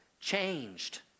changed